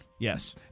Yes